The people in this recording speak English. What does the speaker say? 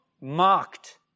mocked